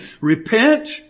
Repent